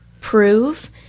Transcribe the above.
prove